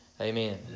Amen